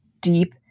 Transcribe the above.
deep